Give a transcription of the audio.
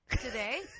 today